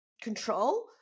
control